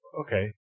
Okay